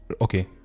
okay